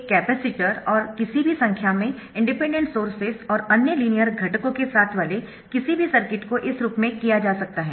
एक कपैसिटर और किसी भी संख्या में इंडिपेंडेंट सोर्सेस और अन्य लीनियर घटकों के साथ वाले किसी भी सर्किट को इस रूप में किया जा सकता है